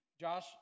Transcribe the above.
Josh